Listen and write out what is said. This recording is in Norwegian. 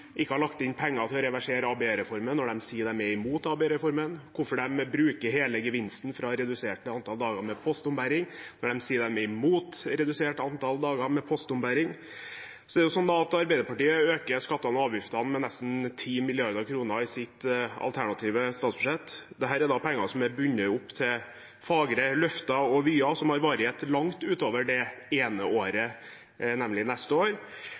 ikke har lagt inn penger til å reversere ABE-reformen når de sier de er imot ABE-reformen, og hvorfor de bruker hele gevinsten fra reduserte antall dager med postombæring når de sier de er imot redusert antall dager med postombæring. Arbeiderpartiet øker skattene og avgiftene med nesten 10 mrd. kr i sitt alternative statsbudsjett. Dette er penger som er bundet opp til fagre løfter og vyer som har varighet langt utover det ene året, nemlig neste år.